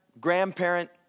grandparent